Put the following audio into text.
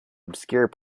obscure